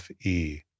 Fe